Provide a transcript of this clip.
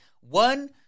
one